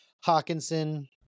Hawkinson